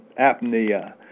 apnea